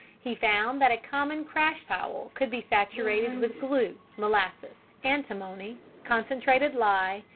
he found that a common crash towel could be saturated with glue, molasses, antimony, concentrated lye,